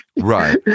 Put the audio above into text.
right